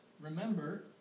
Remember